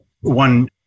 one